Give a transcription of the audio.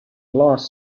loss